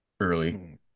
Early